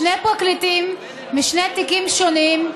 שני פרקליטים, משני תיקים שונים,